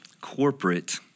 corporate